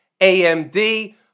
AMD